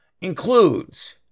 includes